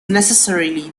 necessarily